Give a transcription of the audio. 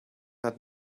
hat